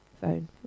Phone